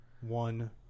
one